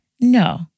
No